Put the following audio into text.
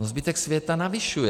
Zbytek světa navyšuje.